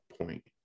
point